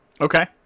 Okay